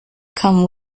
come